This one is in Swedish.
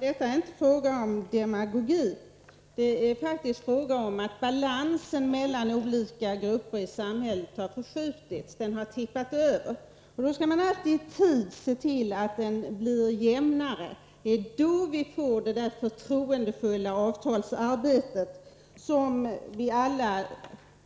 Herr talman! Det är inte fråga om demagogi utan fråga om att balansen mellan olika grupper i samhället har förskjutits — det har tippat över. Då skall man alltid i tid se till att balansen blir jämnare — det är då vi får det förtroendefulla avtalsarbete som vi alla